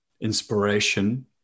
inspiration